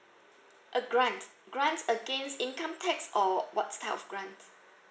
a grant grant against income tax or what type of grant